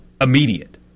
Immediate